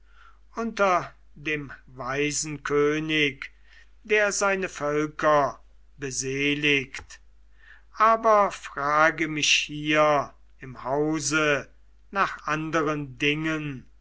unter dem weisen könig der seine völker beseligt aber frage mich hier im hause nach anderen dingen